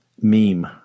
meme